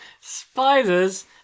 Spiders